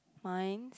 Minds